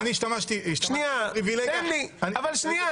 השתמשתי בפריבילגיה --- אבל שנייה,